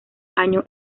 año